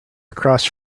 across